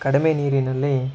ಕಡಿಮೆ ನೀರಿನಲ್ಲಿ